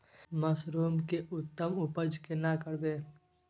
Mushroom के उत्तम उपज केना करबै?